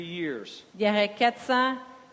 years